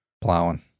Plowing